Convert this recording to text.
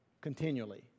continually